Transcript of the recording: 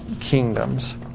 kingdoms